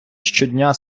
щодня